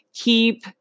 keep